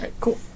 Cool